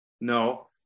No